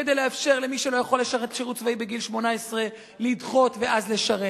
כדי לאפשר למי שלא יכול לשרת שירות צבאי בגיל 18 לדחות ואז לשרת,